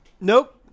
Nope